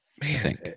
man